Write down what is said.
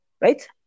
Right